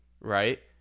right